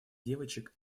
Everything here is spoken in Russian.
девочек